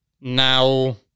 Now